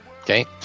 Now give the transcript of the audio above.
okay